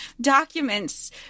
documents